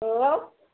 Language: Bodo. औ